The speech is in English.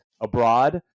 abroad